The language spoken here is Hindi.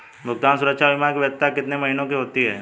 भुगतान सुरक्षा बीमा की वैधता कितने महीनों की होती है?